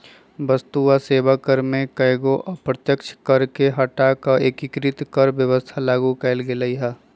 वस्तु आ सेवा कर में कयगो अप्रत्यक्ष कर के हटा कऽ एकीकृत कर व्यवस्था लागू कयल गेल हई